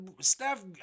Steph